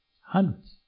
Hundreds